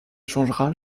changera